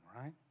right